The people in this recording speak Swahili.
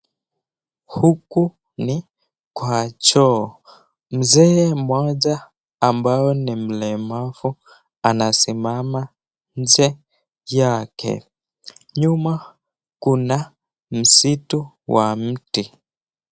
Huku ni kwa choo, mzee mmoja ambaye ni mlemavu anasimama nje yake, nyuma kuna msitu wa mti.